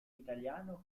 italiano